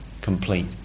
complete